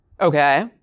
Okay